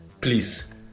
Please